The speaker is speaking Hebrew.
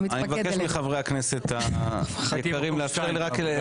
אני מבקש מחברי הכנסת היקרים לאפשר לי,